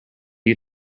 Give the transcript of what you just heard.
you